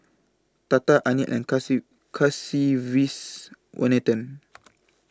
Tata Anil and Kasiviswanathan